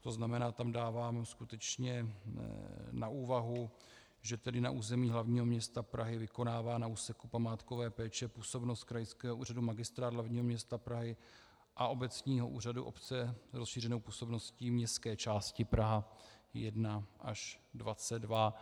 To znamená, dávám skutečně na úvahu, že na území hlavního města Prahy vykonává na úseku památkové péče působnost krajského úřadu Magistrát hlavního města Prahy a obecního úřadu obce s rozšířenou působností městské části Praha 1 až 22.